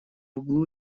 углу